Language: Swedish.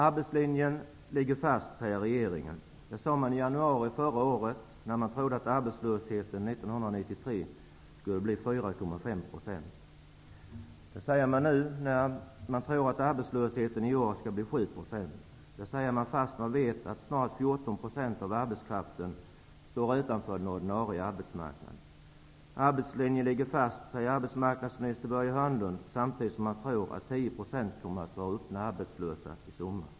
Arbetslinjen ligger fast, säger regeringen. Det sade man i januari förra året, när man trodde att arbetslösheten 1993 skulle bli 4,5 %. Det säger man nu, när man tror att arbetslösheten i år skall bli 7 %. Det säger man fast man vet att 14 % av arbetskraften snart står utanför den ordinarie arbetsmarknaden. Arbetslinjen ligger fast, säger arbetsmarknadsminister Börje Hörnlund, samtidigt som han tror att 10 % kommer att vara öppet arbetslösa i sommar.